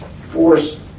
force